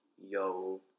yo